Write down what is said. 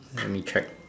through me check